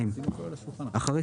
רגע,